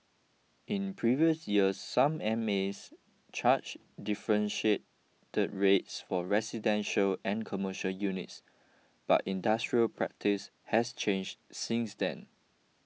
in previous years some M S charge differentiated rates for residential and commercial units but industry practice has changed since then